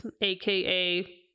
aka